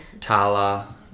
Tala